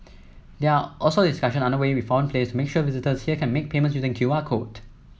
there are also discussion under way with foreign players to make sure visitors here can make payments using Q R code